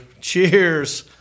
Cheers